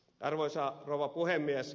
arvoisa rouva puhemies